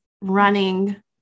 running